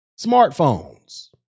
smartphones